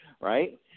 Right